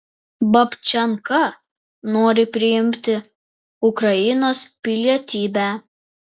babčenka nori priimti ukrainos pilietybę